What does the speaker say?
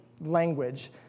language